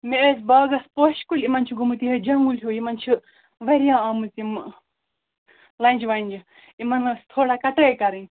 مےٚ ٲسۍ باغَس پوشہٕ کُلۍ یِمَن چھُ گوٚمُت یِہَے جنٛگُل ہیٛوٗ یِمَن چھِ واریاہ آمٕژ یِمہٕ لَنٛجہِ وَنٛجہِ یِمَن ٲسۍ تھوڑا کَٹٲے کَرٕنۍ